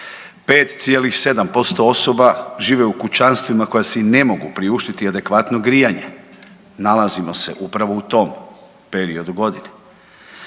5,7% osoba žive u kućanstvima koji si ne mogu priuštiti adekvatno grijanje, nalazimo se upravo u tom periodu godine,